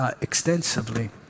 extensively